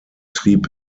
trieb